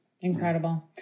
Incredible